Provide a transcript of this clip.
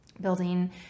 building